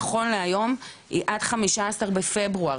נכון להיום היא עד ה-15 בפברואר,